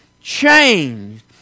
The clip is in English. changed